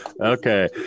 Okay